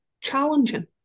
challenging